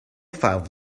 five